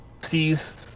sees